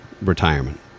retirement